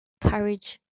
Courage